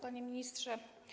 Panie Ministrze!